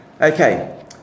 okay